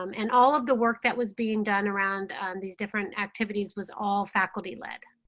um and all of the work that was being done around these different activities was all faculty lead.